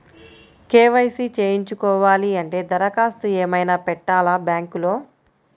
KYC చేయించుకోవాలి అంటే దరఖాస్తు ఏమయినా పెట్టాలా బ్యాంకులో?